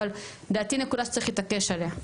אבל זו לדעתי נקודה שצריך להתעקש עליה.